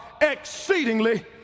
exceedingly